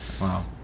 wow